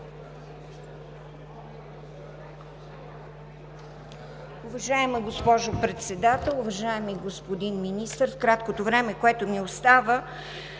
Уважаема госпожо Председател, уважаеми господин Министър! В краткото време, което ми остава,